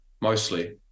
mostly